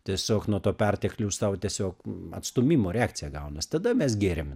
tiesiog nuo to pertekliaus tau tiesiog atstūmimo reakcija gaunas tada mes gėrėm